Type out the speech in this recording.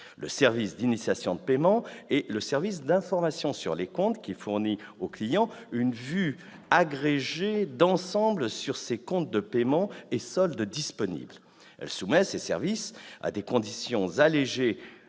le service d'initiation de paiement et le service d'information sur les comptes, qui fournit au client une vue agrégée d'ensemble sur ses comptes de paiement et soldes disponibles. Elle soumet ces services à des conditions allégées